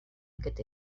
aquest